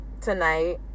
tonight